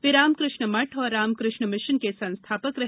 वे रामकृष्ण मठ और रामकृष्ण मिशन के संस्थापक रहे